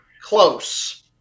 close